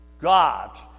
God